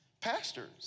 pastors